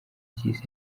cy’isi